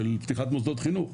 של פתיחת מוסדות חינוך,